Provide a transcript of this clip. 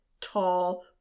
tall